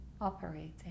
operating